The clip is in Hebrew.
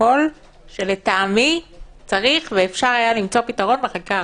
לפרוטוקול שלטעמי אפשר והיה צריך למצוא פתרון בחקיקה הראשית.